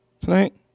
tonight